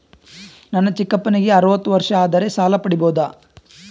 ನನ್ನ ಚಿಕ್ಕಪ್ಪನಿಗೆ ಅರವತ್ತು ವರ್ಷ ಆದರೆ ಸಾಲ ಪಡಿಬೋದ?